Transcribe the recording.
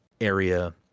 area